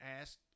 asked